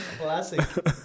Classic